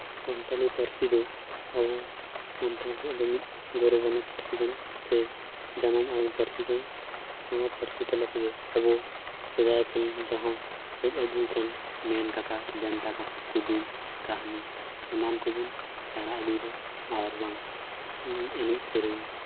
ᱥᱟᱱᱛᱟᱞᱤ ᱯᱟᱹᱨᱥᱤ ᱫᱚ ᱟᱵᱚ ᱥᱟᱱᱛᱟᱲ ᱠᱚᱣᱟᱜ ᱫᱚ ᱢᱤᱫ ᱜᱚᱨᱚᱵᱟᱱᱟᱜ ᱯᱟᱹᱨᱥᱤ ᱠᱟᱱᱟ ᱥᱮ ᱡᱟᱱᱟᱢ ᱟᱲᱟᱝ ᱯᱟᱹᱨᱥᱤ ᱠᱟᱱᱟ ᱱᱚᱣᱟ ᱯᱟᱹᱨᱥᱤ ᱛᱟᱞᱟ ᱛᱮᱜᱮ ᱟᱵᱚ ᱥᱮᱫᱟᱭ ᱠᱷᱚᱱ ᱡᱟᱦᱟᱸ ᱦᱮᱡ ᱟᱹᱜᱩ ᱟᱠᱟᱱ ᱢᱮᱱᱠᱟᱛᱷᱟ ᱵᱷᱮᱱᱛᱟ ᱠᱟᱛᱷᱟ ᱠᱩᱫᱩᱢ ᱠᱟᱹᱦᱱᱤ ᱮᱢᱟᱱ ᱠᱚᱵᱚᱱ ᱥᱮᱬᱟ ᱟᱹᱜᱩᱭᱮᱫᱟ ᱟᱨ ᱵᱟᱝ ᱮᱱᱮᱡ ᱥᱮᱨᱮᱧ